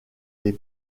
les